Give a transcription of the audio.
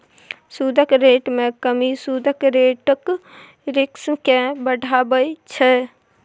सुदक रेट मे कमी सुद रेटक रिस्क केँ बढ़ाबै छै